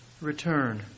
return